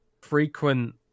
frequent